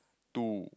two